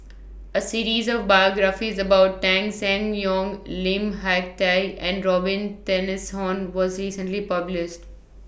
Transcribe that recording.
A series of biographies about Tan Seng Yong Lim Hak Tai and Robin was recently published